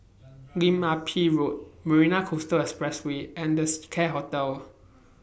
Lim Ah Pin Road Marina Coastal Expressway and The Seacare Hotel